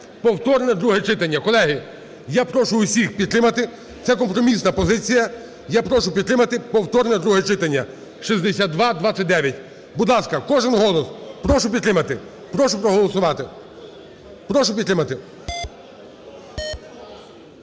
повторне друге читання. Колеги, я прошу всіх підтримати. Це компромісна позиція. Я прошу підтримати повторне друге читання 6229. Будь ласка, кожен голос прошу підтримати. Прошу проголосувати. Прошу підтримати.